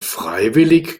freiwillig